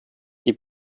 die